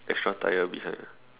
extra tire beside